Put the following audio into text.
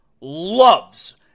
loves